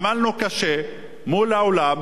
עמלנו קשה מול העולם